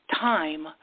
time